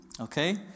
okay